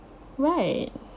right